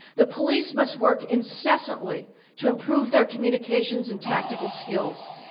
the police must work incessantly to improve their communications and tactical skills.